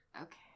Okay